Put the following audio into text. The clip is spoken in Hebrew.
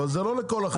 אבל זה לא לכל החיים.